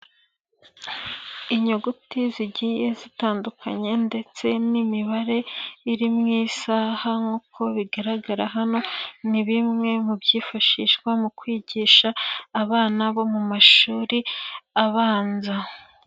Inyuguti zigiye zitandukanye ndetse n'imibare irimo isaha nk'uko bigaragara hano, ni bimwe mu byifashishwa mu kwigisha abana bo mu mashuri abanza.